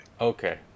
Okay